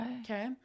Okay